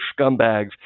scumbags